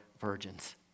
virgins